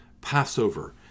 Passover